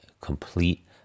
complete